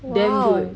!wow!